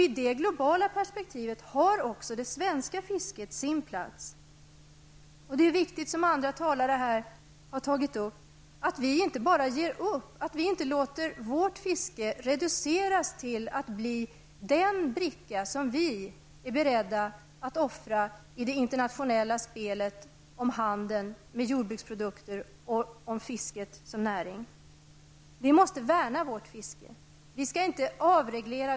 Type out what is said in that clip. I det globala perspektivet har också det svenska fisket sin plats. Det är viktigt, som även andra talare har sagt, att vi inte bara ger upp, att vi inte låter vårt fiske reduceras till att bli den bricka som vi är beredda att offra i det internationella spelet om handeln med jordbruksprodukter och om fisket som näring. Vi måste värna vårt fiske. Vi skall inte avreglera.